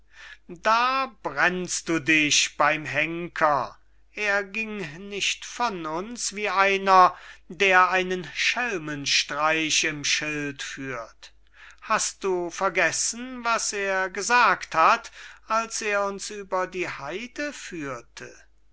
da brennst du dich beym henker er gieng nicht von uns wie einer der einen schelmenstreich im schild führt hast du vergessen was er gesagt hat als er uns über die haide führte